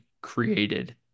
created